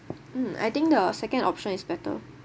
mm I think the second option is better